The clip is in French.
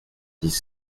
dix